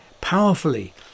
powerfully